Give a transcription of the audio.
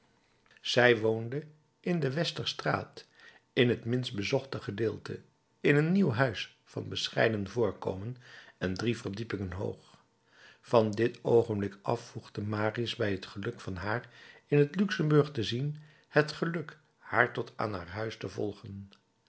zij woonde in de westerstraat in het minst bezochte gedeelte in een nieuw huis van bescheiden voorkomen en drie verdiepingen hoog van dit oogenblik af voegde marius bij het geluk van haar in het luxemburg te zien het geluk haar tot aan haar huis te volgen